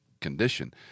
condition